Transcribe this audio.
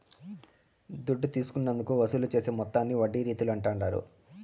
దుడ్డు తీసుకున్నందుకు వసూలు చేసే మొత్తాన్ని వడ్డీ రీతుల అంటాండారు